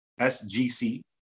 SGC